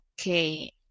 okay